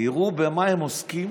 תראו במה הם עוסקים,